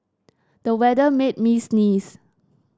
the weather made me sneeze